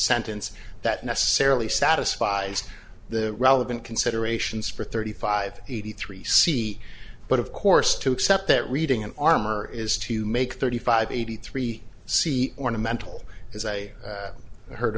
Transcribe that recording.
sentence that necessarily satisfies the relevant considerations for thirty five eighty three c but of course to accept that reading an armor is to make thirty five eighty three c ornamental as i heard